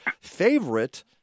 favorite